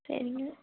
சரிங்க